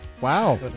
Wow